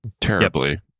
Terribly